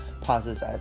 pauses